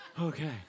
Okay